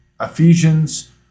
Ephesians